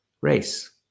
race